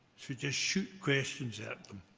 so just shoot questions at them.